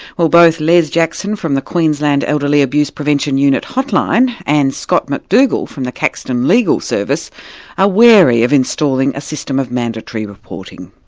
both les jackson from the queensland elderly abuse prevention unit hotline and scott mcdougal from the caxton legal service are wary of installing a system of mandatory reporting.